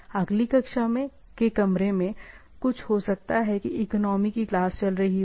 अगली कक्षा के कमरे में कुछ हो सकता है कि इकोनामी की क्लास चल रही हो